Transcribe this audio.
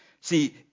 see